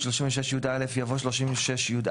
36יא1" יבוא "36יא,